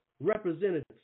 Representatives